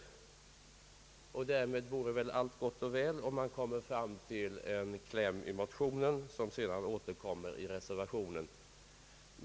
Därmed vore allt gott och väl, och man kommer fram till den kläm i motionen som sedan återkommer i reservationen.